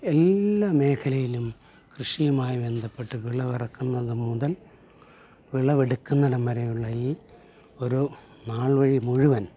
എല്ലാ മേഖലയിലും കൃഷിയുമായി ബന്ധപ്പെട്ട് വിളവിറക്കുന്നത് മുതൽ വിളവെടുക്കുന്ന ഇടം വരെയുള്ള ഈ ഒരു നാൾ വഴി മുഴുവൻ